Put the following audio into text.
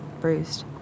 Bruised